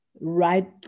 Right